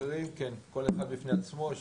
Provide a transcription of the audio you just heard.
כן, כל אחד בפני עצמו.